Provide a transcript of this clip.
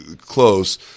close